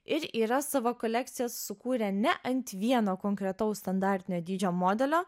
ir yra savo kolekcijas sukūrę ne ant vieno konkretaus standartinio dydžio modelio